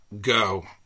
Go